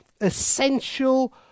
essential